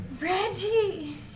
Reggie